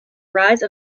rise